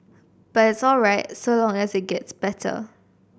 but it's all right so long as it gets better